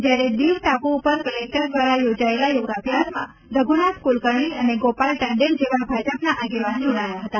જયારે દિવ ટાપુ ઉપર કલેકટર દ્વારા યોજાયેલા યોગાભ્યાસમાં રઘુનાથ કુલકર્ણી અને ગોપાલ ટંડેલ જેવા ભાજપના આગેવાન જોડાયા હતા